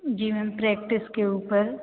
जी ma'am practice के ऊपर